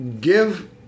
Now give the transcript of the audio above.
give